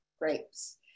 grapes